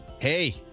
Hey